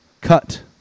cut